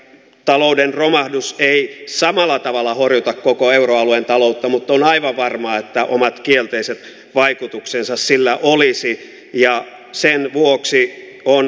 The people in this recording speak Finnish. talouden romahdus vei samalla tavalla huolita koko euroalueen taloutta mutta on aivan varma että omat kielteiset vaikutuksensa sillä olisi ja sen vuoksi on